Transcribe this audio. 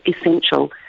essential